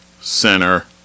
center